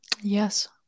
Yes